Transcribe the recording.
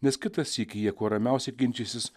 nes kitą sykį jie kuo ramiausiai ginčysis